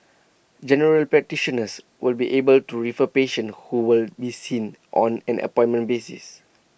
general practitioners will be able to refer patients who will be seen on an appointment basis